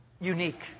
unique